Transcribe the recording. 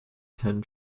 ten